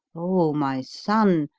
o my son,